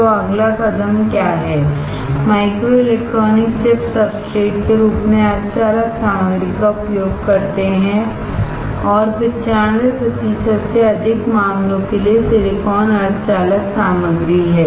तो अगला कदम क्या है माइक्रोइलेक्ट्रॉनिक चिप्स सब्सट्रेट के रूप में सेमी कंडक्टर सामग्री का उपयोग करते हैं और 95 प्रतिशत से अधिक मामलों के लिए सिलिकॉन सेमी कंडक्टर सामग्री है